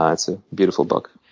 ah it's a beautiful book.